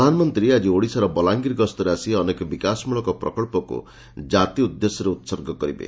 ପ୍ରଧାନମନ୍ତ୍ରୀ ଆକି ଓଡ଼ିଶାର ବଲାଙ୍ଗୀର ଗସ୍ତରେ ଆସି ଅନେକ ବିକାଶମୂଳକ ପ୍ରକଳ୍ପକୁ ଜାତି ଉଦ୍ଦେଶ୍ୟରେ ଉତ୍ସର୍ଗ କରିବେ